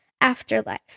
afterlife